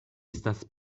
estas